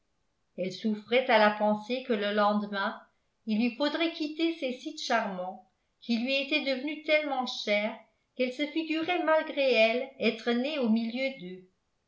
elle souffrait à la pensée que le lendemain il lui faudrait quitter ces sites charmants qui lui étaient devenus tellement chers qu'elle se figurait malgré elle être née au milieu d'eux